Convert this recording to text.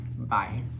Bye